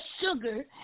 sugar